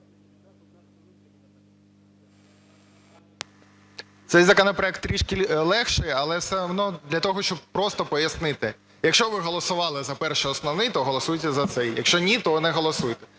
Цей законопроект трішки легший. Але все одно для того, щоб просто пояснити. Якщо ви голосували за перший основний, то голосуйте за цей. Якщо ні, то не голосуйте.